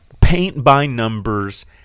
paint-by-numbers